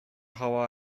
hava